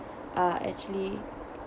uh actually